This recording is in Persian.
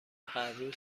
هرروز